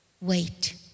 wait